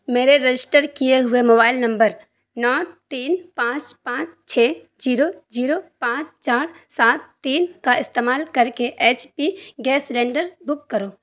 میرے رجسٹر کیے ہوئے موبائل نمبر نو تین پانچ پانچ چھ جیرو جیرو پانچ چار سات تین کا استعمال کر کے H P gas cylinder book کرو